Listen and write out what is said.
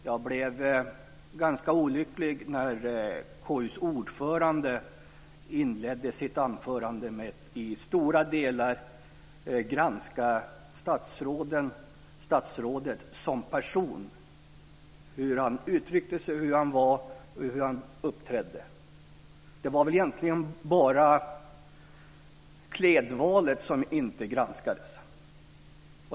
Jag blev ganska olycklig när KU:s ordförande inledde sitt anförande med att till stora delar granska statsrådet som person - hur han uttryckte sig, hur han var, hur han uppträdde. Det var väl egentligen bara klädvalet som inte granskades.